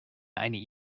eine